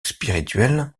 spirituel